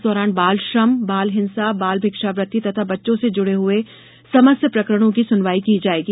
इस दौरान बाल श्रम बाल हिंसा बाल भिक्षावृत्ति तथा बच्चों से जुड़े हए समस्त प्रकरणों की सुनवाई की जायेगी